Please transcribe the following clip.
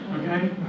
okay